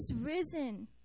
risen